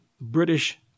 British